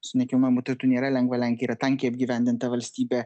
su nekilnojamu turtu nėra lengva lenkija yra tankiai apgyvendinta valstybė